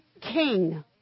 king